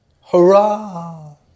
hurrah